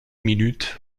minutes